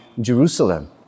Jerusalem